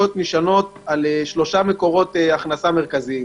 על שלושה מקורות הכנסה מרכזיים: